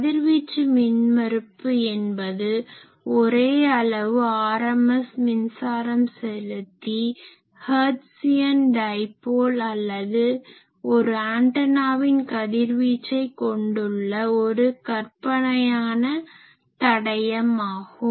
கதிர்வீச்சு மின்மறுப்பு என்பது ஒரே அளவு rms மின்சாரம் செலுத்தி ஹெர்ட்சியன் டைப்போல் அல்லது ஒரு ஆன்டனாவின் கதிர்வீச்சை கொணடுள்ள ஒரு கற்பனையான தடையம் மின்மறுப்பு ஆகும்